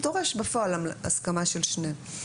זה דורש בפועל הסכמה של שניהם.